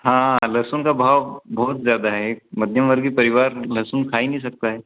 हाँ लहसुन का भाव बहुत ज़्यादा है मध्यमवर्गीय परिवार लहसुन खा ही नहीं सकता है